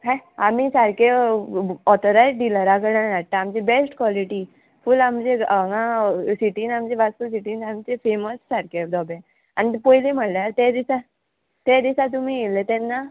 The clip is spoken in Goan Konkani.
हेह आमी सारके ऑथरायज डिलरा कडेन हाडटा आमची बेस्ट कॉलिटी फूल आमचे हांगा सिटीन आमचे वास्को सिटीन आमचे फेमस सारके दोबे आनी पयली म्हणल्यार तें दिसा तें दिसा तुमी येयल्ले तेन्ना